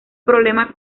problema